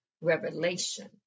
revelation